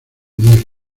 muy